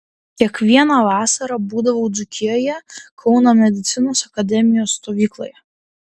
kiekvieną vasarą būdavau dzūkijoje kauno medicinos akademijos stovykloje